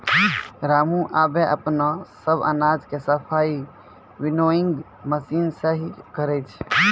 रामू आबॅ अपनो सब अनाज के सफाई विनोइंग मशीन सॅ हीं करै छै